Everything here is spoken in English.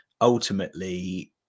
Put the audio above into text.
ultimately